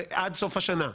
עד סוף השנה.